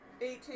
Eighteen